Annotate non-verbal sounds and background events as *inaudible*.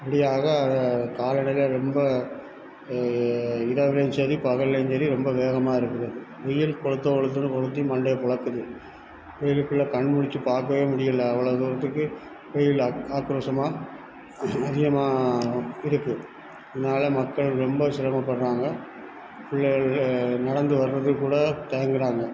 விடிய *unintelligible* காலடைவில் ரொம்ப இரவிலையும் சரி பகல்லையும் சரி ரொம்ப வேகமாக இருக்குது வெயில் கொளுத்தோ கொளுத்துன்னு கொளுத்தி மண்டைய பிளக்குது வெயிலுக்குள்ள கண்முழித்து பார்க்கவே முடியலை அவ்வளோ தூரத்துக்கு வெயில் ஆக் ஆக்ரோஷமா அதிகமாக இருக்குது அதனால மக்கள் ரொம்ப சிரமப்படுறாங்க பிள்ளையோல் நடந்து வர்றத்துக்கு கூட தயங்குறாங்க